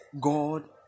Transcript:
god